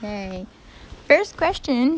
okay first question